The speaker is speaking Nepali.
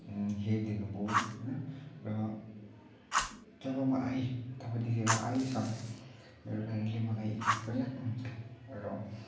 हेरिदिनुभयो होइन र जब म आएँ तबदेखि लिएर अहिलेसम्म मेरो प्यारेन्टले मलाई याद गरिराख्नु हुन्छ र